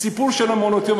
הסיפור של מעונות-היום,